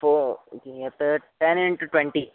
ओ कियत् ten into twenty